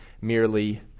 merely